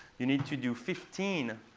you need to do fifteen.